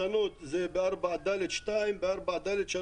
לשנות, ב-(4)(ד)(2), ב-4((ד)(3),